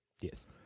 Yes